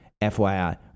FYI